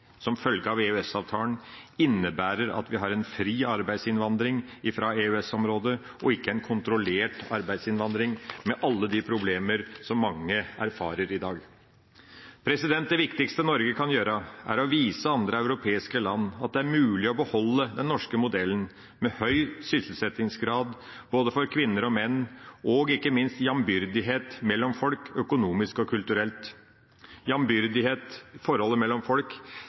som følger av EØS-avtalen, innebærer at vi har en fri arbeidsinnvandring fra EØS-området og ikke en kontrollert arbeidsinnvandring, med alle de problemer som mange erfarer i dag. Det viktigste Norge kan gjøre, er å vise andre europeiske land at det er mulig å beholde den norske modellen, med høy sysselsettingsgrad både for kvinner og for menn og ikke minst jambyrdighet mellom folk, økonomisk og kulturelt – jambyrdighet i forholdet mellom folk